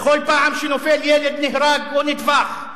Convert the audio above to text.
בכל פעם שנופל ילד, נהרג, או נטבח,